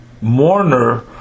mourner